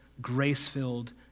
grace-filled